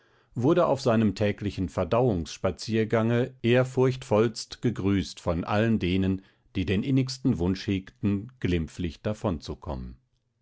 wurde auf seinem täglichen verdauungsspaziergange ehrfurchtvollst gegrüßt von allen denen die den innigsten wunsch hegten glimpflich davonzukommen